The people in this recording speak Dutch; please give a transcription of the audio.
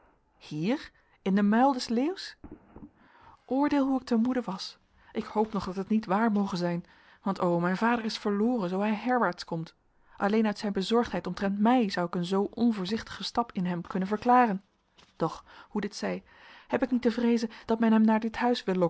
hier in den muil des leeuws oordeel hoe ik te moede was ik hoop nog dat het niet waar moge zijn want o mijn vader is verloren zoo hij herwaarts komt alleen uit zijn bezorgdheid omtrent mij zou ik een zoo onvoorzichtigen stap in hem kunnen verklaren doch hoe dit zij heb ik niet te vreezen dat men hem naar dit huis